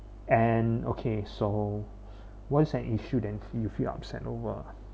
and okay so what is an issue that you feel upset over